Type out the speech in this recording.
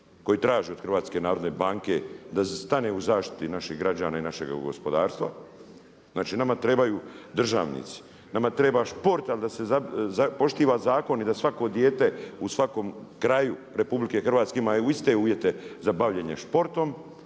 koji traži od HNB-a da stane u zaštiti naših građana i našeg gospodarstva. Znači nama trebaju državnici, nama treba šport ali da se poštuje zakon i da svako dijete u svakom kraju RH ima iste uvjete za bavljenje športom,